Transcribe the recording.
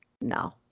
no